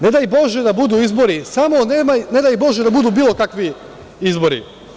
Ne daj bože da budu izbori, samo ne daj bože da budu bilo kakvi izbori.